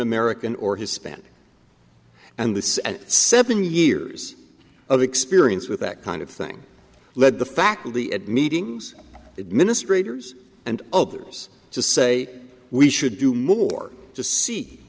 american or hispanic and this and seven years of experience with that kind of thing led the faculty at meetings administrators and others to say we should do more to see